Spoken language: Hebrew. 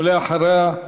ואחריה,